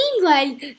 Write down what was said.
Meanwhile